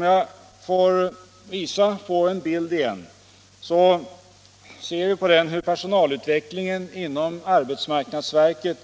Av den bild som jag visar på TV-skärmen framgår hur personalutvecklingen inom arbetsmarknadsverket